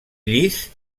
llis